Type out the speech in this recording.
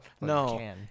No